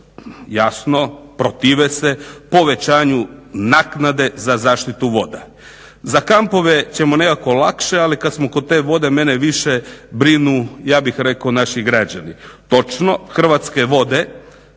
jasno protive se povećanju naknade za zaštitu voda. Za kampove ćemo nekako lakše ali kad smo kod te vode mene više brinu ja bih rekao naši građani.